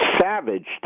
savaged